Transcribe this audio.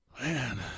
man